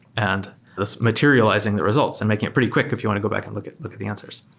and thus materializing the results and making it pretty quick if you want to go back and look at look at the answers.